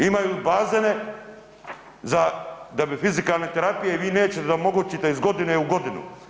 Imaju bazene da bi fizikalne terapije i vi nećete da omogućite iz godine u godinu.